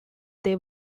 they